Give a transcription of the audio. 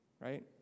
Right